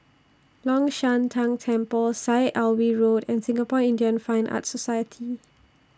Long Shan Tang Temple Syed Alwi Road and Singapore Indian Fine Arts Society